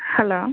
hello